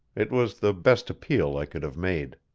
it was the best appeal i could have made.